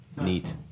Neat